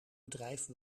bedrijf